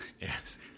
Yes